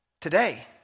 Today